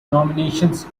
nominations